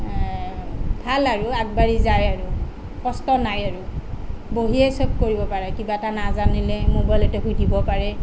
ভাল আৰু আগবাঢ়ি যায় আৰু কষ্ট নাই আৰু বহিয়ে চব কৰিব পাৰে কিবা এটা নাজানিলে ম'বাইলতে সুধিব পাৰে